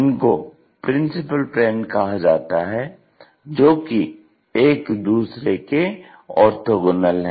इनको principal plane कहा जाता है जो कि एक दूसरे के ओर्थोगोनल है